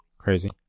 crazy